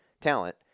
talent